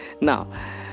now